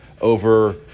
over